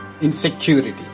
insecurity